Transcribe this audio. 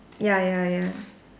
ya ya ya